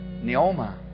Neoma